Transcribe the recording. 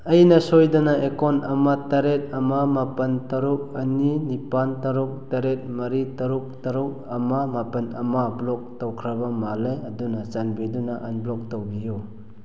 ꯑꯩꯅ ꯁꯣꯏꯗꯅ ꯑꯦꯀꯥꯎꯟ ꯑꯃ ꯇꯔꯦꯠ ꯑꯃ ꯃꯥꯄꯜ ꯇꯔꯨꯛ ꯑꯅꯤ ꯅꯤꯄꯥꯜ ꯇꯔꯨꯛ ꯇꯔꯦꯠ ꯃꯔꯤ ꯇꯔꯨꯛ ꯇꯔꯨꯛ ꯑꯃ ꯃꯥꯄꯜ ꯑꯃ ꯕ꯭ꯂꯣꯛ ꯇꯧꯈ꯭ꯔꯕ ꯃꯥꯜꯂꯦ ꯑꯗꯨꯅ ꯆꯥꯟꯕꯤꯗꯨꯅ ꯑꯟꯕ꯭ꯂꯣꯛ ꯇꯧꯕꯤꯌꯨ